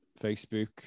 Facebook